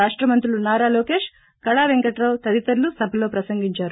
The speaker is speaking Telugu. రాష్ట మంత్రులు నారా లోకేష్ కళా పెంకటరావు తదితరులు సభలో ప్రసంగించారు